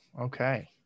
okay